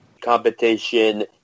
competition